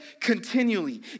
continually